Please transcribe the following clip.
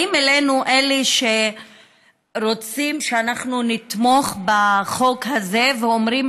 באים אלינו אלה שרוצים שאנחנו נתמוך בחוק הזה ואומרים